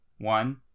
one